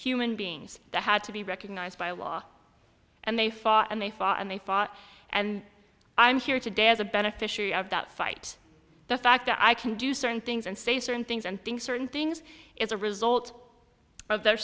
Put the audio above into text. human beings that had to be recognized by a law and they fought and they fought and they fought and i'm here today as a beneficiary of that fight the fact that i can do certain things and say certain things and think certain things as a result of their